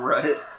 Right